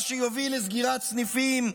מה שיוביל לסגירת סניפים,